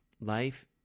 Life